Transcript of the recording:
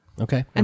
Okay